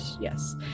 yes